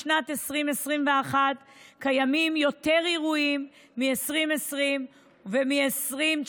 בשנת 2021 קיימים יותר אירועים מב-2020 ו-2019.